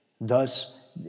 Thus